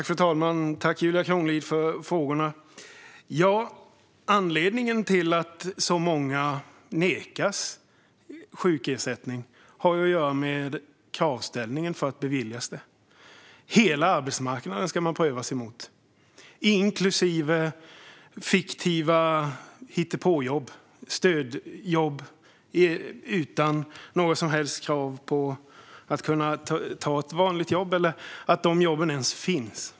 Fru talman! Tack, Julia Kronlid, för frågorna! Anledningen till att så många nekas sjukersättning har att göra med kravställningen för att beviljas det. Man ska prövas mot hela arbetsmarknaden. Det är inklusive fiktiva hittepåjobb och stödjobb utan några som helst krav på att kunna ta ett vanligt jobb eller att de jobben ens finns.